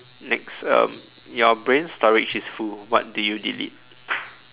next um your brain storage is full what do you delete